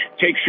take